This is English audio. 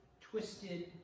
twisted